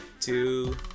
Two